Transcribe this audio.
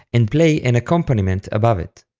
and play an accompaniment above it.